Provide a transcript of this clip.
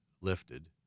lifted